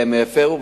והם הפירו,